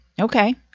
Okay